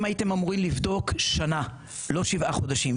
הייתם אמורים לבדוק שנה; לא שבעה חודשים.